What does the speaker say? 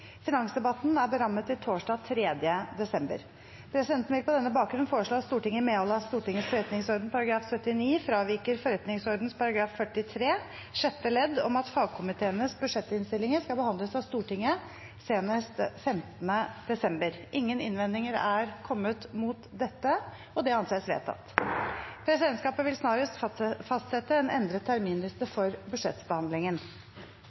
Finansdebatten er berammet til torsdag 3. desember. Presidenten vil på denne bakgrunn foreslå at Stortinget i medhold av Stortingets forretningsorden § 79 fraviker forretningsordenens § 43 sjette ledd om at fagkomiteenes budsjettinnstillinger skal behandles av Stortinget senest 15. desember. Ingen innvendinger er kommet mot dette – og det anses vedtatt. Presidentskapet vil snarest fastsette en endret terminliste